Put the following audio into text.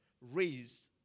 raised